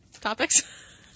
topics